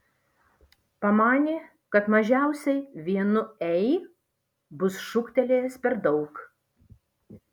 pamanė kad mažiausiai vienu ei bus šūktelėjęs per daug